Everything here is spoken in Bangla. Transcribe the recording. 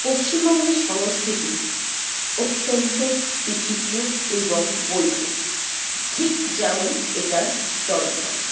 পশ্চিমবঙ্গের সংস্কৃতি অত্যন্ত বিচিত্র এবং বৈধ ঠিক যেমন এটার জনসংখ্যা